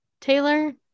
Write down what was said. Taylor